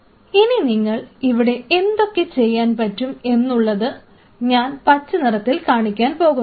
ഇനി നിങ്ങൾക്ക് ഇവിടെ എന്തൊക്കെ ചെയ്യാൻ പറ്റും എന്നുള്ളത് ഞാൻ പച്ചനിറത്തിൽ കാണിക്കാൻ പോകുന്നു